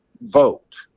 vote